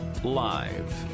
live